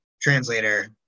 translator